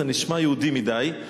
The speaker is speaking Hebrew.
זה נשמע יהודי מדי.